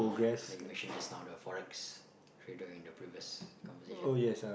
that you machine just now the Forex hidden in the previous conversation